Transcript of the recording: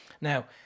Now